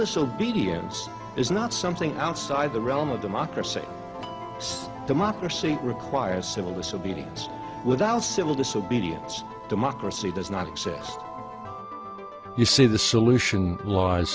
disobedience is not something outside the realm of democracy this democracy requires civil disobedience without civil disobedience democracy does not exist you see the solution lies